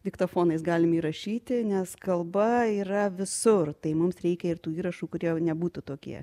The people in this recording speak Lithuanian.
diktofonais galim įrašyti nes kalba yra visur tai mums reikia ir tų įrašų kurie nebūtų tokie